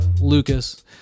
Lucas